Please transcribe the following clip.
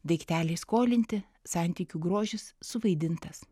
daikteliai skolinti santykių grožis suvaidintas